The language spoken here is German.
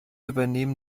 übernehmen